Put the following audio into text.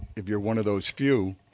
if you're one of those few,